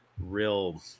real